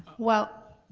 well,